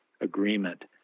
agreement